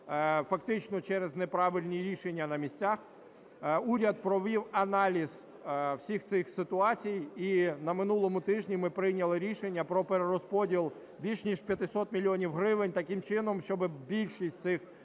фактично, через неправильні рішення на місцях, уряд провів аналіз всіх цих ситуацій і на минулому тижні ми прийняли рішення про перерозподіл більше ніж 500 мільйонів гривень таким чином, щоб більшість з цих